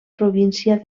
província